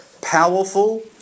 powerful